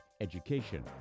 education